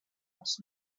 als